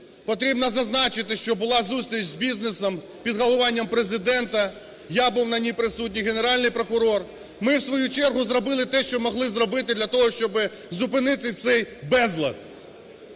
потрібно зазначити, що була зустріч з бізнесом під головуванням Президента, я був на ній присутній, Генеральний прокурор, ми в свою чергу зробили те, що могли зробити для того, щоб зупинити цей безлад.